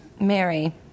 Mary